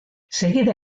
segida